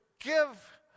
give